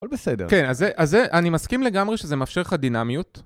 הכול בסדר. כן, אז זה, אז זה, אני מסכים לגמרי שזה מאפשר לך דינמיות.